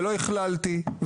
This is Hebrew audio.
ולא הכללתי,